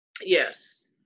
Yes